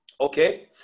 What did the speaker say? Okay